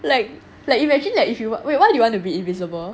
like like imagine that if you wait what you want to be invisible